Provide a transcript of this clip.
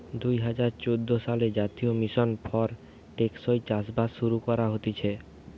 দুই হাজার চোদ্দ সালে জাতীয় মিশন ফর টেকসই চাষবাস শুরু করা হতিছে